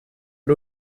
but